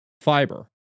Fiber